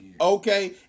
Okay